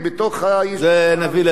נביא את זה לדיון בוועדת כלכלה.